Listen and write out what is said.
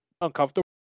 uncomfortable